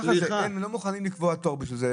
ככה זה, לא מוכנים לקבוע תור בשביל זה.